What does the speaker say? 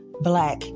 black